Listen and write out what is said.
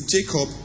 Jacob